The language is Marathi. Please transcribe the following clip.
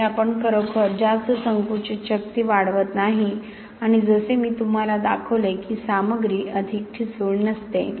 येथे आपण खरोखर जास्त संकुचित शक्ती वाढवत नाही आणि जसे मी तुम्हाला दाखवले की सामग्री अधिक ठिसूळ नसते